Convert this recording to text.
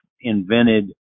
invented